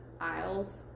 aisles